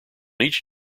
each